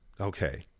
okay